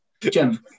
Jim